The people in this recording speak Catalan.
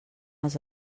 els